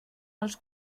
als